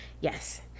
Yes